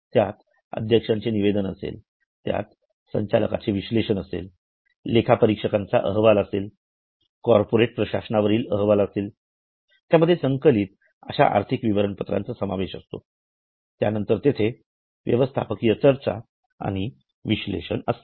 त्यात अध्यक्षाचे निवेदन असतेत्यात संचालकांचे विश्लेषण असतेलेखापरीक्षकांचा अहवाल असेल कॉर्पोरेट प्रशासनावरील अहवाल असेल त्यामध्ये संकलित अश्या आर्थिक विवरणपत्राचा समावेश असतो त्यानंतर तिथे व्यवस्थापकीय चर्चा आणि विश्लेषण असते